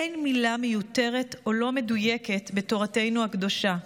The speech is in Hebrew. אין מילה מיותרת או לא מדויקת בתורתנו הקדושה.